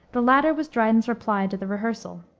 the latter was dryden's reply to the rehearsal.